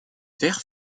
vert